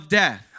death